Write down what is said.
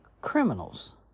criminals